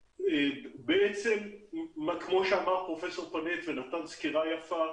כפי שאמר פרופ' פנט, שנתן סקירה יפה,